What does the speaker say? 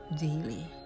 daily